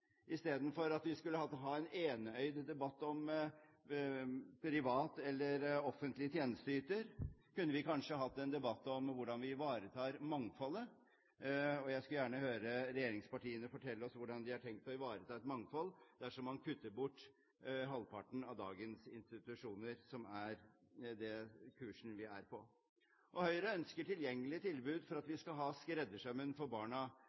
Istedenfor å ha en enøyd debatt om privat eller offentlig tjenesteyter kunne vi kanskje hatt en debatt om hvordan vi ivaretar mangfoldet. Jeg skulle gjerne høre regjeringspartiene fortelle oss hvordan de har tenkt å ivareta et mangfold dersom man kutter bort halvparten av dagens institusjoner – det er den kursen vi er på. Høyre ønsker tilgjengelige tilbud for at vi skal ha skreddersømmen for barna